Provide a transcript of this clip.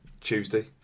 Tuesday